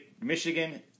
Michigan